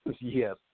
Yes